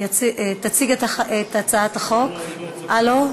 תציג את הצעת החוק, לא?